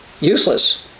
useless